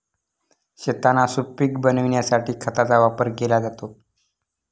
शेतांना सुपीक बनविण्यासाठी खतांचा वापर केला जातो